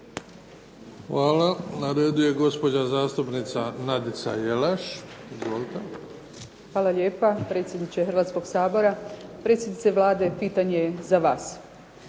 Hvala. Na redu je gospođa zastupnica Nadica Jelaš. Izvolite. **Jelaš, Nadica (SDP)** Hvala lijepa, predsjedniče Hrvatskoga sabora. Predsjednice Vlade pitanje je za vas.